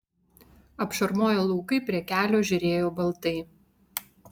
apšarmoję laukai prie kelio žėrėjo baltai